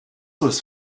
was